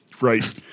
Right